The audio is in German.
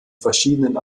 verschiedenen